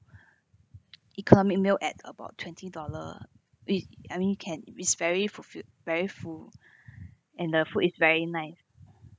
economic meal at about twenty dollar with I mean you can is very fulfilled very full and the food is very nice